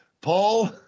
Paul